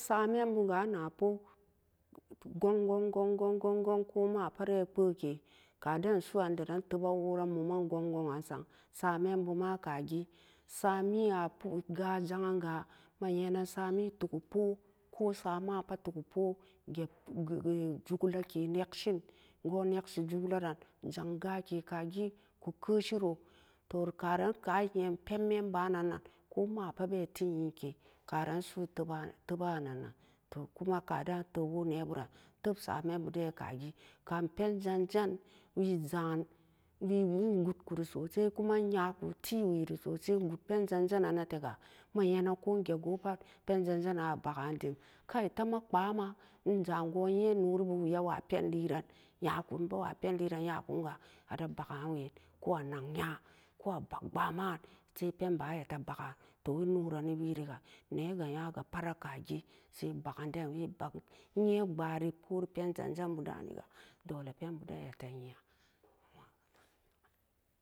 Samembuga anapo gon, gon, gon, gon kampatre kpeke kadensu'an deran teba wora mumar gon, gong'an son samembuma akagen sami'a gajang'an-ga manyeynan sami tugupo ko sa'amaan pot tugupo get jugulake nekshin go'on nekshi jugularan jang ga'ake kagi ku keshiro to karan ka'an nye pen membanan nan ko mapat be ti nyeke karan su'u teb- tebanan nan to kuma kade'an teb woo neeburan teb saa membu dena kagi kam penzan-zan wii za'an wii gutkuri sosai kuma nyaku tiiweri sosai ngut penzan-zanan-natega manyenan ko nget goo pat penzan-zanan abagan dim kai tama kpama nja'an go'on nyen nlegriburawa penlieran nyakun nbewa nyakun-ga ate baga'anwen koh anaknya ko abag kpbama'an sai penbaan iyate baga'an to enorani wiiriga neega nya-ge par-ra kagi sai baganden wii bag-nyebari pori penzan-zanbu denina dole penbuden iyate nya'an.